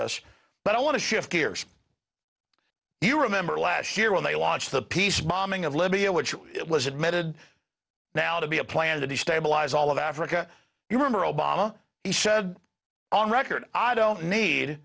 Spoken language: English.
this but i want to shift gears you remember last year when they launched the peace bombing of libya which it was admitted now to be a plan to destabilize all of africa you remember obama he said on record i don't need